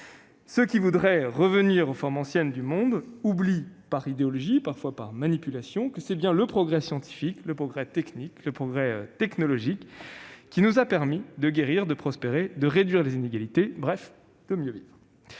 Ceux qui voudraient revenir aux formes anciennes du monde oublient, par idéologie, parfois par manipulation, que c'est bien le progrès, scientifique, technique, technologique, qui nous a permis de guérir, de prospérer, de réduire les inégalités, bref, de mieux vivre